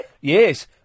Yes